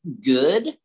Good